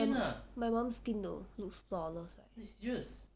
my mum skin though looks flawless right